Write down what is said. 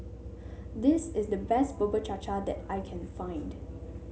this is the best Bubur Cha Cha that I can find